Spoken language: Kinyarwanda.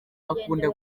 akunda